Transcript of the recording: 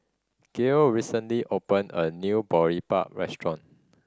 Gael recently open a new Boribap restaurant